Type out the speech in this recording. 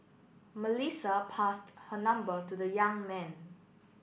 Melissa passed her number to the young man